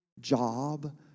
job